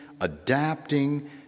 adapting